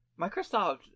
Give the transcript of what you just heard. Microsoft